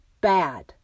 bad